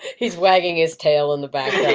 he's wagging his tail in the background.